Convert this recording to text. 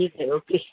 ठीक आहे ओके